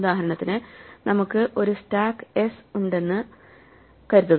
ഉദാഹരണത്തിന് നമുക്ക് ഒരു സ്റ്റാക്ക് എസ് ഉണ്ട് എന്ന് കരുതുക